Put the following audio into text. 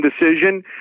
decision